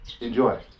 Enjoy